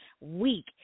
Week